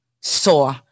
saw